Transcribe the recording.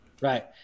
Right